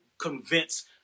convince